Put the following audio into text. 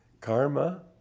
karma